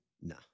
Nah